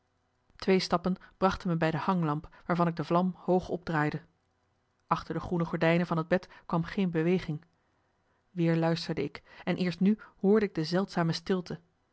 twee stappen brachten me bij de hanglamp waarvan ik de vlam hoog opdraaide achter de groene gordijnen van het bed kwam geen beweging marcellus emants een nagelaten bekentenis weer luisterde ik en eerst nu hoorde ik de zeldzame stilte